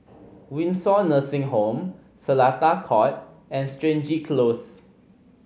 Windsor Nursing Home Seletar Court and Stangee Close